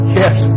yes